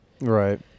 Right